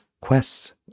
quests